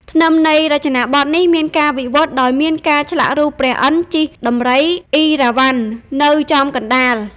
ធ្នឹមនៃរចនាបថនេះមានការវិវត្តដោយមានការឆ្លាក់រូបព្រះឥន្ទ្រជិះដំរីអីរ៉ាវ៉ាន់នៅចំកណ្តាល។